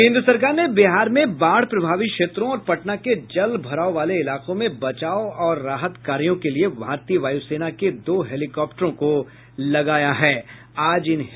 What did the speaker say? केन्द्र सरकार ने बिहार में बाढ़ प्रभावित क्षेत्रों और पटना के जल भराव वाले इलाकों में बचाव और राहत कार्यों के लिए भारतीय वायु सेना के दो हेलीकॉप्टरों को लगाया है